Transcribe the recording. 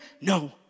No